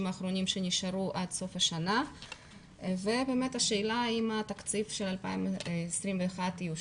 האחרונים שנשארו עד סוף השנה והשאלה אם התקציב של 2021 יאושר.